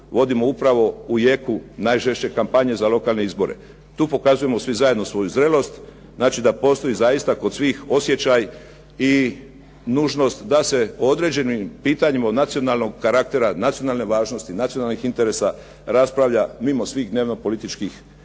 vodimo upravo u jeku najžešće kampanje za lokalne izbore. Tu pokazujemo svi zajedno svoju zrelost, znači da postoji zaista kod svih osjećaj i nužnost da se o određenim pitanjima od nacionalnog karaktera, nacionalne važnosti, nacionalnih interesa raspravlja mimo svih dnevno političkih prepirki.